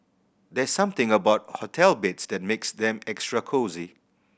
there's something about hotel beds that makes them extra cosy